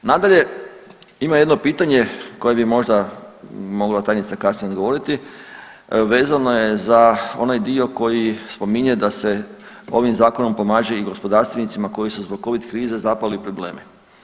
Nadalje, ima jedno pitanje na koje bi možda mogla tajnica kasnije odgovoriti, vezano je za onaj dio koji spominje da se ovim zakonom pomaže i gospodarstvenicima koji su zbog covid krize zapali u probleme.